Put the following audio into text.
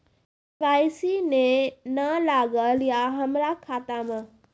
KYC ने न लागल या हमरा खाता मैं?